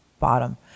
bottom